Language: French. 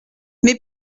mais